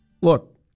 Look